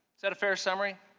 is that a fair summary?